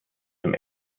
zum